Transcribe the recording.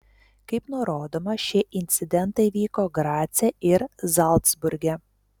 kaip nurodoma šie incidentai įvyko grace ir zalcburge